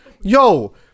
yo